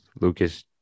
Lucas